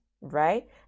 right